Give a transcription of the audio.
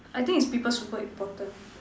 I think is people super important